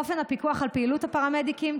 אופן הפיקוח על פעילות הפרמדיקים,